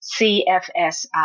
CFSI